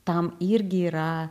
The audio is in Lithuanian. tam irgi yra